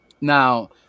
now